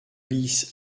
bis